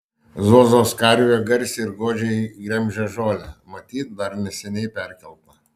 zuozos karvė garsiai ir godžiai glemžia žolę matyt dar neseniai perkelta